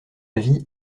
avis